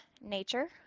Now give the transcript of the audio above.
nature